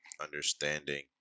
understanding